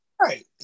Right